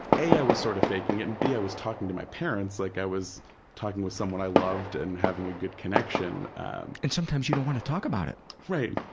a, was sort of faking it, and b, i was talking to my parents, like i was talking with someone i loved and having a good connection. and and sometimes you don't want to talk about it. right,